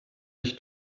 ich